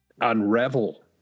unravel